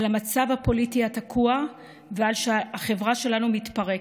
על המצב הפוליטי התקוע ועל כך שהחברה שלנו מתפרקת.